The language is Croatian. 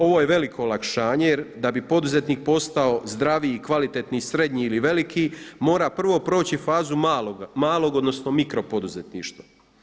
Ovo je veliko olakšanje jer da bi poduzetnik postao zdraviji i kvalitetniji srednji ili veliki, mora prvo proći fazu malog odnosno mikro poduzetništva.